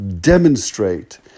demonstrate